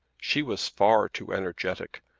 she was far too energetic,